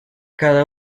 cada